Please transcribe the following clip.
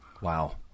Wow